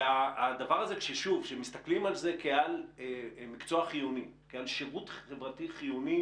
הדבר הזה, כשמסתכלים על זה כשירות חברתי חיוני,